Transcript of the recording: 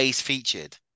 featured